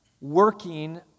working